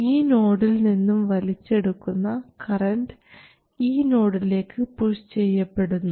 ഈ നോഡിൽ നിന്നും വലിച്ചെടുക്കുന്ന കറൻറ് ഈ നോഡിലേക്ക് പുഷ് ചെയ്യപ്പെടുന്നു